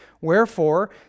Wherefore